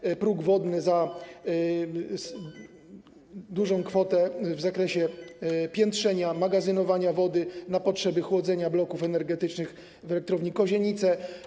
Chodzi o próg wodny za dużą kwotę w zakresie piętrzenia, magazynowania wody na potrzeby chłodzenia bloków energetycznych Elektrowni Kozienice.